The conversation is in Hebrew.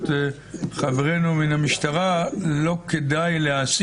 מרבית התחלואה הקשה ולכן קצת קשה להקיש